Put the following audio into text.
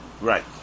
Right